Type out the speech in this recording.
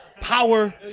power